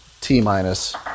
T-minus